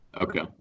Okay